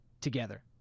together